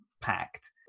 packed